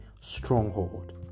stronghold